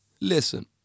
Listen